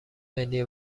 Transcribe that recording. ملی